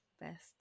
best